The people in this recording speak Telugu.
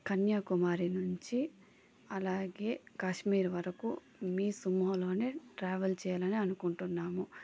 కన్యాకుమారి నుంచి అలాగే కాశ్మీర్ వరకు మీ సుమోలోనే ట్రావెల్ చేయాలని అనుకుంటున్నాము